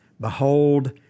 Behold